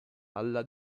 alla